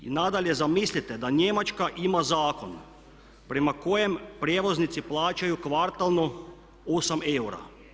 I nadalje zamislite da Njemačka ima zakon prema kojem prijevoznici plaćaju kvartalno 8 eura.